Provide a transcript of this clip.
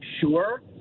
Sure